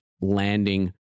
landing